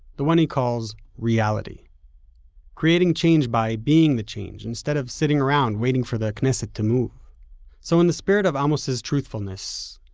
the one he calls reality creating change by being the change, instead of sitting around waiting for the knesset to move so, in the spirit of amos' truthfulness,